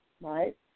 Right